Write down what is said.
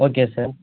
okay sir